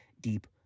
deep